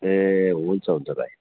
ए हुन्छ हुन्छ भाइ